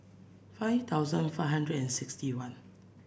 five thousand five hundred and sixty one